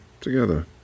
together